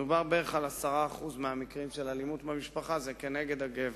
מדובר על כך שבערך 10% מהמקרים של אלימות במשפחה זה כנגד הגבר.